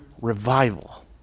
revival